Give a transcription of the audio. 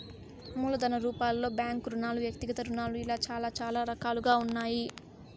మూలధన రూపాలలో బ్యాంకు రుణాలు వ్యక్తిగత రుణాలు ఇలా చాలా రకాలుగా ఉన్నాయి